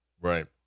Right